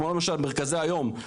כמו למשל מרכזי היום,